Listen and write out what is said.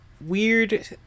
weird